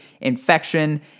infection